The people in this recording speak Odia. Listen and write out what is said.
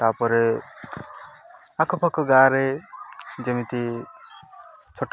ତା'ପରେ ଆଖ ପାାଖ ଗାଁରେ ଯେମିତି ଛୋଟ